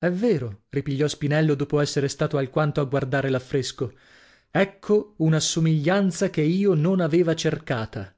è vero ripigliò spinello dopo essere stato alquanto a guardare l'affresco ecco una somiglianza che io non aveva cercata